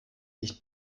nicht